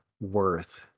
worth